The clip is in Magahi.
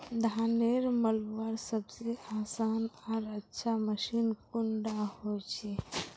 धानेर मलवार सबसे आसान आर अच्छा मशीन कुन डा होचए?